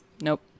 Nope